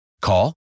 Call